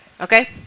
Okay